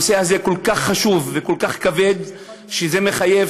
הנושא הזה כל כך חשוב וכל כך כבד שזה מחייב